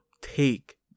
take